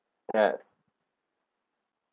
that